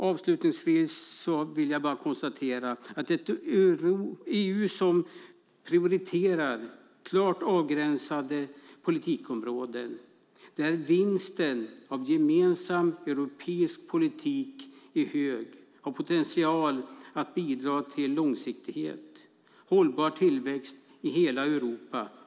Avslutningsvis konstaterar jag att ett EU som prioriterar klart avgränsade politikområden, där vinsten av gemensam europeisk politik är hög, har potential att bidra till långsiktighet och hållbar tillväxt i hela Europa.